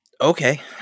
okay